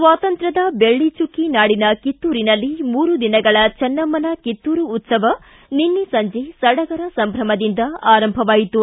ಸ್ವಾತಂತ್ರ್ಕದ ಬೆಳ್ಳಿಚುಕ್ಕಿ ನಾಡಿನ ಕಿತ್ತೂರಿನಲ್ಲಿ ಮೂರು ದಿನಗಳ ಚನ್ನಮ್ದನ ಕಿತ್ತೂರು ಉತ್ಸವ ನಿನ್ನೆ ಸಂಜೆ ಸಡಗರ ಸಂಭ್ರಮದಿಂದ ಆರಂಭವಾಯಿತು